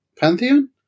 Pantheon